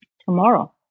tomorrow